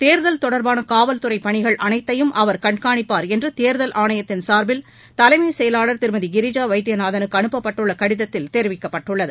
தேர்தல் தொடர்பான காவல்துறை பணிகள் அனைத்தையும் அவர் கண்காணிப்பார் என்று தேர்தல் ஆணையத்தின் சா்பில் தலைமை செயலாளர் திருமதி கிரிஜா வைத்தியநாதனுக்கு அனுப்பப்பட்டுள்ள கடிதத்தில் தெரிவிக்கப்பட்டுள்ளது